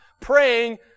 praying